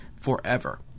forever